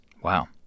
Wow